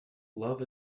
love